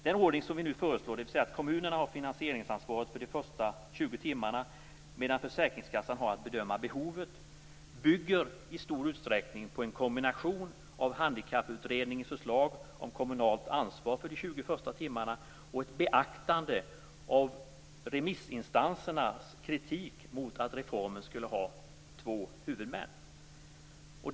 Den ordning som nu föreslås - dvs. att kommunerna har finansieringsansvaret för de 20 första timmarna, medan Försäkringskassan har att bedöma behovet - bygger i stor utsträckning på en kombination av Handikapputredningens förslag om kommunalt ansvar för de 20 första timmarna och beaktandet av remissinstansernas kritik mot att reformen har två huvudmän.